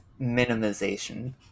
minimization